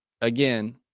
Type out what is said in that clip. Again